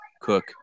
Cook